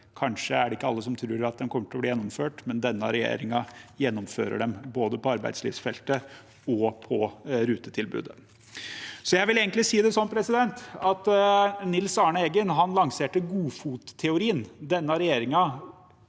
kanskje er det ikke alle som tror at de kommer til å bli gjennomført, men denne regjeringen gjennomfører dem, både når det gjelder arbeidslivsfeltet og rutetilbudet. Jeg vil si det slik at Nils Arne Eggen lanserte godfotteorien, og denne regjeringen